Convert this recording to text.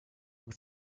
with